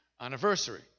anniversary